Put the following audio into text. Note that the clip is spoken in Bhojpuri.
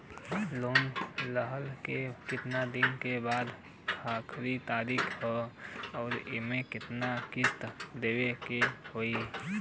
लोन लेहला के कितना दिन के बाद आखिर तारीख होई अउर एमे कितना किस्त देवे के होई?